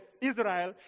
Israel